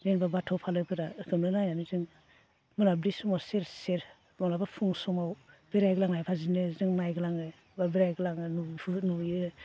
जेनेबा बाथ' फालोफोरा बेखौनो नायनानै जों मोनाबिलि समाव सेर सेर माब्लाबा फुं समाव बेरायग्लांनाय बादिनो जों नायग्लाङो बा बेरायग्लाङो बेफोरखो नुयो